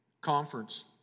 conference